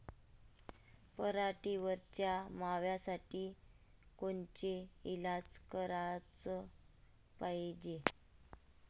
पराटीवरच्या माव्यासाठी कोनचे इलाज कराच पायजे?